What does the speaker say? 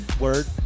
Word